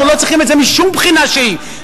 אנחנו לא צריכים את זה משום בחינה שהיא,